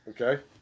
Okay